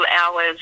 hours